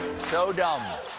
so dumb.